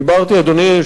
אדוני היושב-ראש,